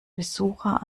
besucher